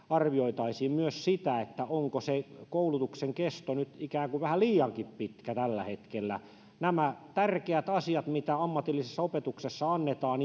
arvioitaisiin myös sitä onko se koulutuksen kesto nyt vähän liiankin pitkä tällä hetkellä nämä tärkeät asiat mitä ammatillisessa opetuksessa annetaan